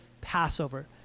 Passover